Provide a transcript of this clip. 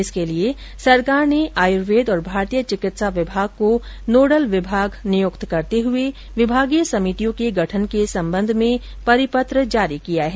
इसके लिये सरकार ने आयुर्वेद और भारतीय चिकित्सा विभाग को नोडल विभाग नियुक्त करते हुए विभागीय समितियों के गठन के संबंध में परिपत्र जारी किया है